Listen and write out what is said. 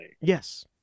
Yes